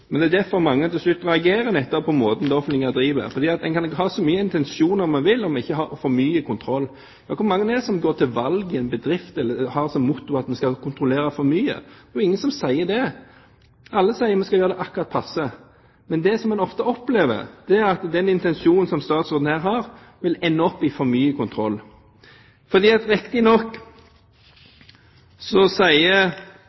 men hvor mange er det som i en bedrift har som motto at en skal kontrollere for mye? Det er jo ingen som sier det. Alle sier at vi skal gjøre det akkurat passe. Men det som en ofte opplever, er at den intensjonen som statsråden her har, vil ende opp i for mye kontroll. Riktignok sier konsesjonsregler og sånne ting at